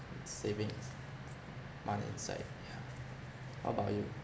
savings money inside yeah how about you